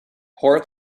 pour